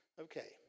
Okay